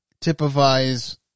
typifies